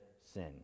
sin